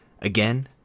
again